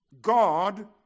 God